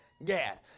Gad